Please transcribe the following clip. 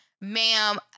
ma'am